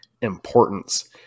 importance